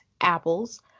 apples